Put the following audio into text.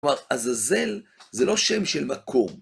כלומר, עזאזל זה לא שם של מקום.